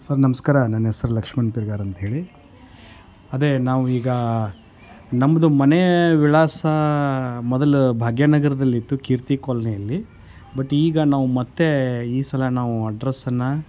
sir ನಮಸ್ಕಾರ ನನ್ನ ಹೆಸ್ರು ಲಕ್ಷ್ಮಣ್ ಪಿರ್ಗಾರ್ ಅಂತ ಹೇಳಿ ಅದೇ ನಾವು ಈಗ ನಮ್ಮದು ಮನೆ ವಿಳಾಸ ಮೊದಲು ಭಾಗ್ಯ ನಗರದಲ್ಲಿತ್ತು ಕೀರ್ತಿ ಕಾಲನಿಯಲ್ಲಿ ಬಟ್ ಈಗ ನಾವು ಮತ್ತೆ ಈ ಸಲ ನಾವು ಅಡ್ರಸ್ಸನ್ನು